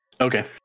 Okay